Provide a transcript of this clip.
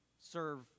serve